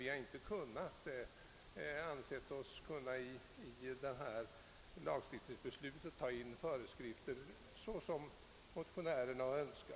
Vi har emellertid inte ansett oss kunna förorda att man i lagstiftningen tar in föreskrifter i enlighet med motionärernas önskemål.